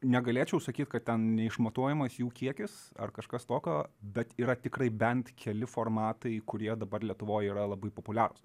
negalėčiau sakyt kad ten neišmatuojamas jų kiekis ar kažkas tokio bet yra tikrai bent keli formatai kurie dabar lietuvoj yra labai populiarūs